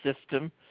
system